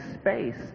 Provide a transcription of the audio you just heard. space